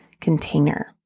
container